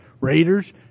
Raiders